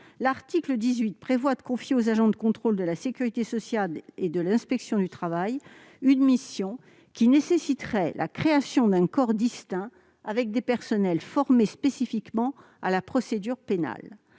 L'article 18 prévoit de confier aux agents de contrôle de la sécurité sociale et de l'inspection du travail une mission qui nécessiterait la création d'un corps distinct avec des personnels formés spécifiquement à la procédure pénale.